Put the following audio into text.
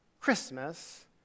Christmas